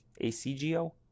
A-C-G-O